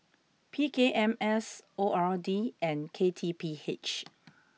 P K M S O R D and K T P H